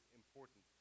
important